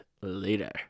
later